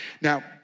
Now